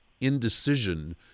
indecision